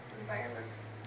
environments